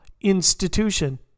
institution